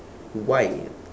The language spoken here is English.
why